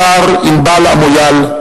מישר ענבל אמויאל,